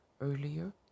earlier